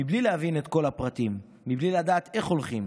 מבלי להבין את כל הפרטים, מבלי לדעת איך הולכים,